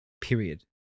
period